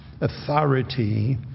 authority